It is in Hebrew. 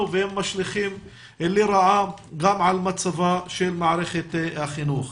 ומשליכים לרעה גם על מצבה של מערכת החינוך.